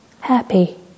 happy